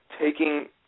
taking